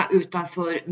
utanför